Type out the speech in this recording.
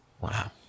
Wow